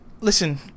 listen